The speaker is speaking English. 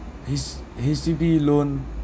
H H_D_B loan